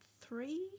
three